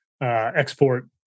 export